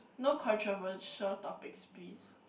no controversial topics please